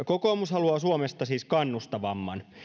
kokoomus haluaa suomesta siis kannustavamman